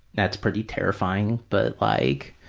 that's pretty terrifying. but like,